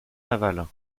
navales